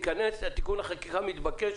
התיקון לחקיקה המתבקש?